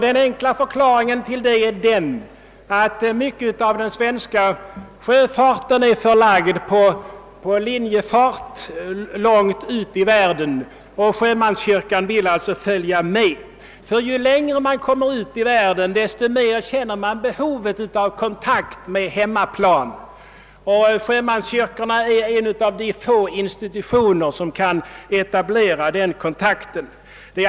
Den enkla förklaringen till detta är att en stor del av den svenska sjöfarten går i linjetrafik långt ut i världen. Sjömanskyrkan vill följa med, ty ju längre bort man kommer, desto mer känner man behovet av kontakt med hemlandet. Sjömanskyrkan är en av de få institutioner som kan etablera den kontakten.